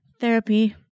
therapy